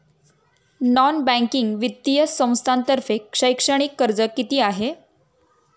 Non banking वित्तीय संस्थांतर्फे शैक्षणिक कर्ज किती आहे?